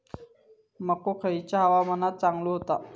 मको खयल्या हवामानात चांगलो होता?